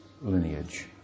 lineage